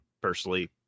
personally